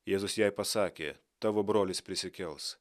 jėzus jai pasakė tavo brolis prisikels